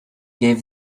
gave